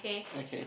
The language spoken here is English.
okay